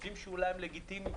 וחושבים שאולי הם לגיטימיים,